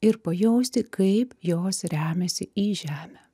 ir pajausti kaip jos remiasi į žemę